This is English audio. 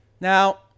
Now